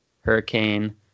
hurricane